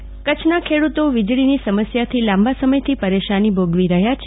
સ્કા ય પાં કરછના ખેડૂતો વિજળીની સમસ્યાથી લાંબા સમયથી પરેશાન ભોગવી રહ્યા છે